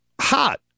hot